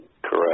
Correct